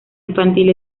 infantil